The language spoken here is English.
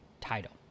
title